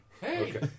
Hey